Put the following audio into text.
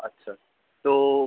আচ্ছা তো